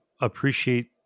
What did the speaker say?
appreciate